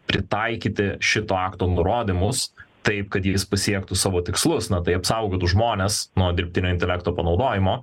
pritaikyti šito akto nurodymus taip kad jis pasiektų savo tikslus na tai apsaugotų žmones nuo dirbtinio intelekto panaudojimo